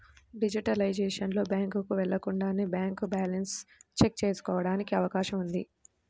digitalisation లో, బ్యాంకుకు వెళ్లకుండానే బ్యాంక్ బ్యాలెన్స్ చెక్ ఎంచుకోవడానికి అవకాశం ఉంది